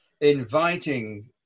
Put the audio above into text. inviting